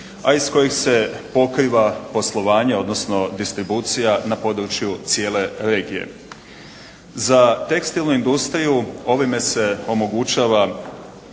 a iz kojih se pokriva poslovanje odnosno distribucija na području cijele regije. Za tekstilnu industriju ovime se omogućava